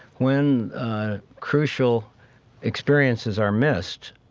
when crucial experiences are missed,